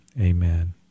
amen